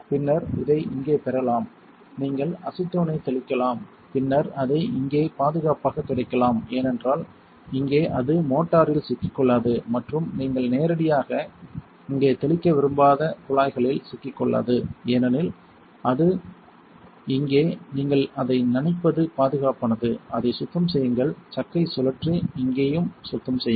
நீங்கள் இதை இங்கே பெறலாம் நீங்கள் அசிட்டோனை தெளிக்கலாம் பின்னர் அதை இங்கே பாதுகாப்பாக துடைக்கலாம் ஏனென்றால் இங்கே அது மோட்டாரில் சிக்கிக்கொள்ளாது மற்றும் நீங்கள் நேரடியாக இங்கே தெளிக்க விரும்பாத குழாய்களில் சிக்கிக்கொள்ளாது ஏனெனில் அது இங்கே நீங்கள் அதை நனைப்பது பாதுகாப்பானது அதை சுத்தம் செய்யுங்கள் சக்கைக் கழற்றி இங்கேயும் சுத்தம் செய்யுங்கள்